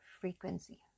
frequency